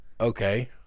Okay